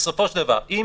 בסופו של דבר אם